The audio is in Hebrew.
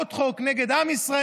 על עוד חוק נגד עם ישראל,